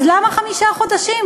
אז למה חמישה חודשים?